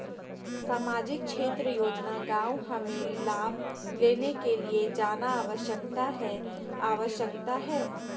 सामाजिक क्षेत्र योजना गांव हमें लाभ लेने के लिए जाना आवश्यकता है आवश्यकता है?